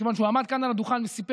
מכיוון שהוא עמד כאן על הדוכן וסיפר